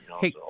Hey